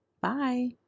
Bye